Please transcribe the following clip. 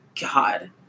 God